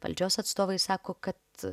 valdžios atstovai sako kad